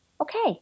Okay